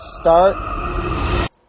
start